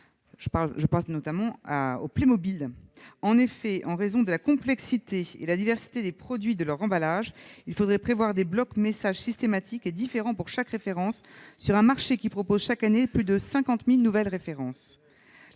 de la marque Playmobil. En effet, en raison de la complexité et de la diversité des produits et de leur emballage, il faudrait prévoir des blocs messages systématiques et différents pour chaque référence, sur un marché qui en propose, chaque année, plus de 50 000 nouvelles.